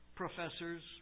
professors